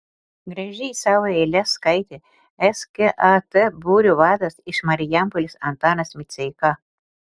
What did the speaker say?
gražiai savo eiles skaitė skat būrio vadas iš marijampolės antanas miceika